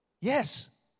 Yes